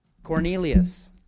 Cornelius